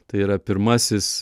tai yra pirmasis